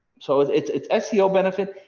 so it's it's seo benefit.